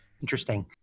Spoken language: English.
Interesting